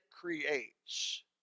creates